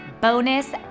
bonus